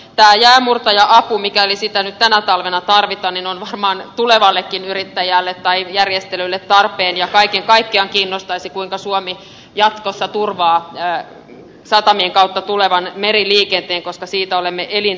tämä jäänmurtaja apu mikäli sitä nyt tänä talvena tarvitaan on varmaan tulevallekin järjestelylle tarpeen ja kaiken kaikkiaan kiinnostaisi kuinka suomi jatkossa turvaa satamien kautta tulevan meriliikenteen koska siitä olemme riippuvaisia